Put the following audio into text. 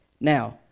Now